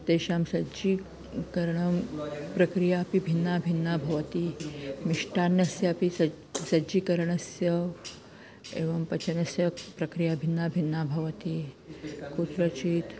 तेषां सज्जीकरणं प्रक्रियापि भिन्नभिन्ना भवति मिष्टान्नस्यापि सज् सज्जीकरणस्य एवं पचनस्य प्रक्रिया भिन्नभिन्ना भवति कुत्रचीत्